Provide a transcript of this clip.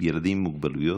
ילדים עם מוגבלויות,